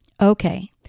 Okay